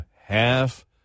half